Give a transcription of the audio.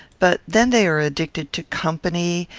but then they are addicted to company,